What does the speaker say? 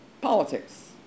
politics